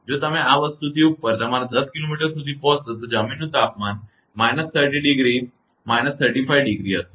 જો તમે આ વસ્તુથી ઉપર તમારા 10 કિલોમીટર સુધી પહોંચશો તો જમીનનું તાપમાન −30° −35 °સે°C છે